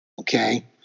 Okay